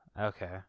Okay